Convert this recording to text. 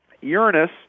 Uranus